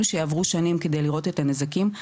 שיעברו שנים כדי לראות את הנזקים,